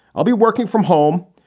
i'll be working from home.